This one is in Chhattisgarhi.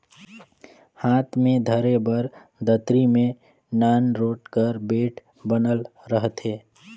हाथ मे धरे बर दतरी मे नान रोट बेठ बनल रहथे